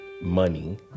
money